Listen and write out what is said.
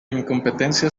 incompetencia